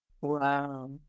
Wow